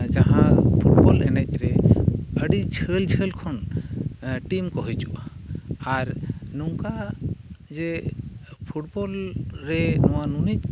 ᱡᱟᱦᱟᱸ ᱯᱷᱩᱴᱵᱚᱞ ᱮᱱᱮᱡ ᱨᱮ ᱟᱹᱰᱤ ᱡᱷᱟᱹᱞ ᱡᱷᱟᱹᱞ ᱠᱷᱚᱱ ᱴᱤᱢ ᱠᱚ ᱦᱤᱡᱩᱜᱼᱟ ᱟᱨ ᱱᱚᱝᱠᱟ ᱡᱮ ᱯᱷᱩᱴᱵᱚᱞ ᱨᱮ ᱱᱚᱣᱟᱨᱮ ᱱᱩᱱᱟᱹᱜ